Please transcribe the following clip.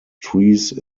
trees